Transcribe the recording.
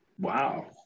Wow